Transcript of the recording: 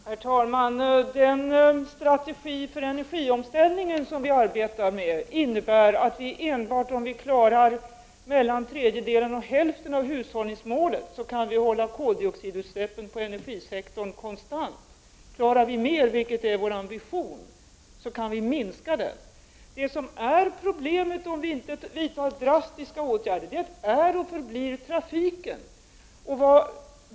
Herr talman! Den strategi för energiomställningen som vi arbetar med innebär, att endast om vi klarar mellan tredjedelen och hälften av hushållningsmålet, kan vi hålla koldioxidutsläppen inom energisektorn konstant. Klarar vi mer, vilket är vår ambition, kan vi minska utsläppen mer. Om vi inte vidtar drastiska åtgärder är och förblir problemet trafiken.